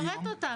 אז תפרט אותם.